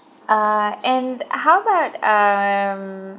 uh and how about um